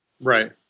right